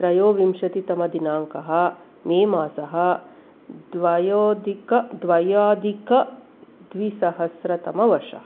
त्रयोविंशतितमदिनाङ्कः May मासः द्वयोदिक द्व्यधिकद्विसहस्रतमवर्षम्